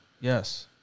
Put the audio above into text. Yes